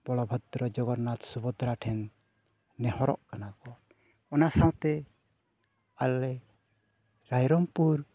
ᱵᱚᱞᱚᱵᱷᱚᱫᱨᱚ ᱡᱚᱜᱚᱱᱱᱟᱛᱷ ᱥᱩᱵᱷᱚᱫᱨᱟ ᱴᱷᱮᱱ ᱱᱮᱦᱚᱨᱚᱜ ᱠᱟᱱᱟ ᱠᱚ ᱚᱱᱟ ᱥᱟᱶᱛᱮ ᱟᱞᱮ ᱨᱟᱭᱨᱚᱢᱯᱩᱨ